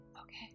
Okay